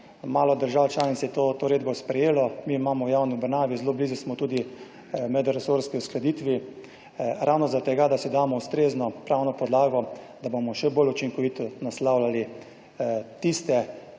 malo držav članic je to uredbo sprejelo. Mi imamo v javni obravnavi, zelo blizu smo tudi medresorski uskladitvi, ravno zaradi tega, da si damo ustrezno pravno podlago, da bomo še bolj učinkovito naslavljali tiste